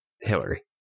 Hillary